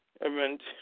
event